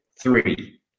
three